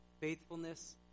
faithfulness